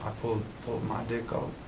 pulled pulled my dick um